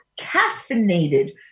caffeinated